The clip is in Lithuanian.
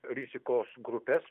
rizikos grupes